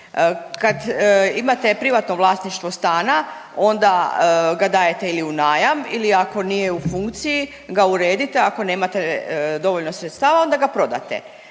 Kad imate privatno vlasništvo stana onda ga dajete ili u najam ili ako nije u funkciji ga uredite, a ako nemate dovoljno sredstava onda ga prodate.